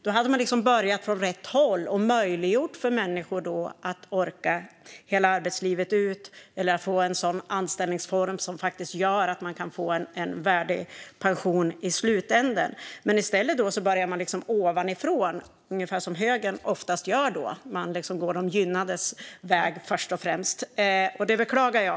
Då hade man börjat från rätt håll och möjliggjort för människor att orka hela arbetslivet ut eller få en anställningsform som gör att de kan få en värdig pension i slutänden. Men i stället börjar man ovanifrån, ungefär som högern oftast gör. Man går liksom de gynnades väg först och främst, och det beklagar jag.